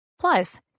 Plus